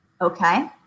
okay